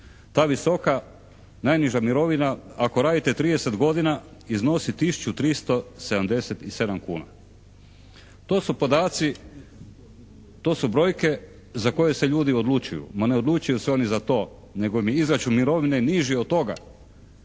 ta visoka najniža mirovina ako radite 30 godina iznosi tisuću 377 kuna. To su podaci, to su brojke za koje se ljudi odlučuju. Ma ne odlučuju se oni za to nego im je izračun mirovine niži od toga.